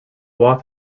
off